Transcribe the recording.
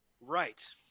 Right